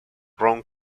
ron